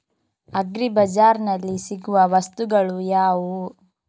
Agri ಬಜಾರ್ನಲ್ಲಿ ಸಿಗುವ ವಸ್ತುಗಳು ಯಾವುವು?